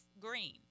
green